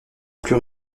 plus